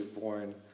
born